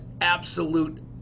absolute